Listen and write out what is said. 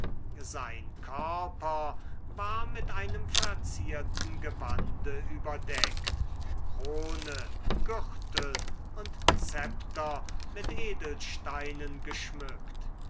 sein körper war mit einem verzierten gewande überdeckt krone gürtel und zepter mit edelsteinen geschmückt